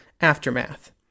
Aftermath